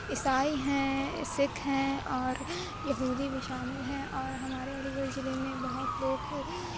عیسائی ہیں سکھ ہیں اور یہودی بھی شامل ہیں اور ہمارے علی گڑھ ضلع میں بہت لوگ